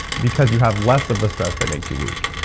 because you have less of the stress that makes you weak.